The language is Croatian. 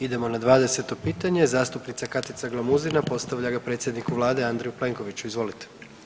Idemo na 20. pitanje, zastupnica Katica Glamuzina postavlja ga predsjedniku vlade Andreju Plenkoviću, izvolite.